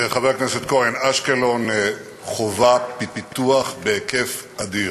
חבר הכנסת כהן, אשקלון חווה פיתוח בהיקף אדיר.